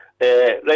Right